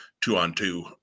two-on-two